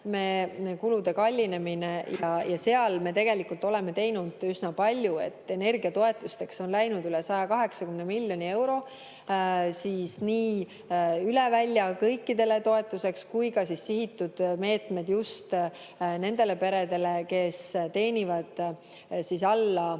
eluasemekulude kallinemine ja seal me tegelikult oleme teinud üsna palju. Energiatoetusteks on läinud üle 180 miljoni euro nii üle välja kõikidele toetuseks kui ka sihitud meetmed just nendele peredele, kes teenivad alla